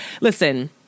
listen